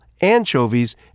anchovies